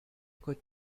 could